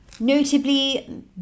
Notably